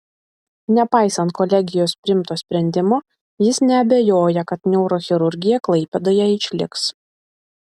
nepaisant kolegijos priimto sprendimo jis neabejoja kad neurochirurgija klaipėdoje išliks